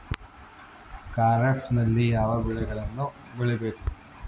ಖಾರೇಫ್ ನಲ್ಲಿ ಯಾವ ಬೆಳೆಗಳನ್ನು ಬೆಳಿಬೇಕು?